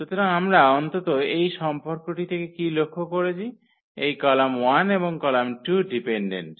সুতরাং আমরা অন্তত এই সম্পর্কটি থেকে কী লক্ষ্য করেছি এই কলাম 1 এবং কলাম 2 ডিপেন্ডেন্ট